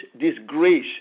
disgrace